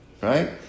right